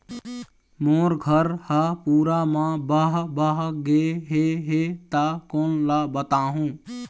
मोर घर हा पूरा मा बह बह गे हे हे ता कोन ला बताहुं?